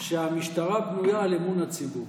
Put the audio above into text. שהמשטרה בנויה על אמון הציבור,